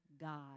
God